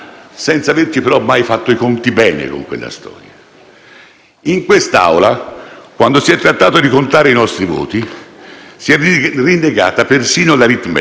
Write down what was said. In quest'Aula, quando si è trattato di contare i nostri voti, si è rinnegata persino l'aritmetica (a qualcuno regalerò un abaco).